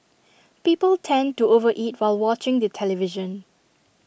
people tend to over eat while watching the television